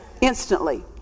instantly